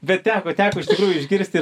bet teko teko iš tikrųjų išgirsti ir